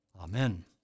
Amen